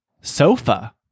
Sofa